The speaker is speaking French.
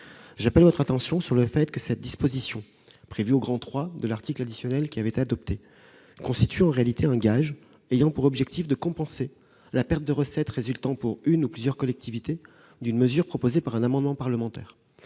J'attire votre attention sur un point : la disposition prévue au III de l'article additionnel qui avait été adopté constitue en réalité un « gage » ayant pour objectif de compenser la perte de recettes résultant pour une ou plusieurs collectivités d'une mesure proposée par un amendement parlementaire.